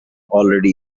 already